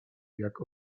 jak